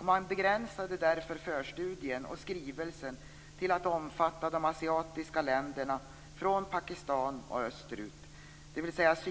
Man begränsade därför förstudien och skrivelsen till att omfatta de asiatiska länderna från Pakistan och österut, dvs.